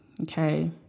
Okay